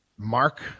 Mark